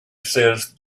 says